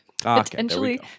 potentially